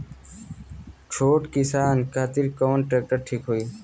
छोट किसान खातिर कवन ट्रेक्टर ठीक होई?